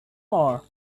more